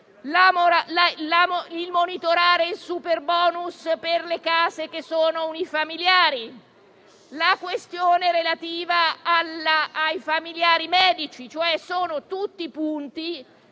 il monitoraggio del superbonus per le case che sono unifamiliari; la questione relativa ai familiari medici. Sono tutti punti